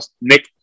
Nick